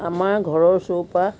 আমাৰ ঘৰৰ চৌপাশ